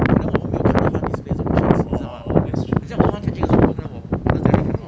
我看到我会看到它 display 什么 tricks 你找 ah 比较 one more catching also 认为我把那边 hor